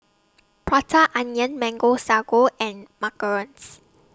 Prata Onion Mango Sago and Macarons